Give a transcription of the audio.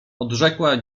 odrzekła